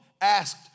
asked